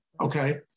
Okay